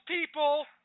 people